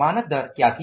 मानक दर क्या थी